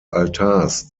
altars